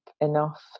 enough